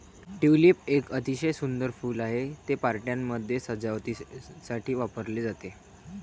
tulip एक अतिशय सुंदर फूल आहे, ते पार्ट्यांमध्ये सजावटीसाठी वापरले जाते